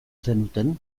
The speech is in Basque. zenuten